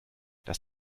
das